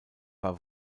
bei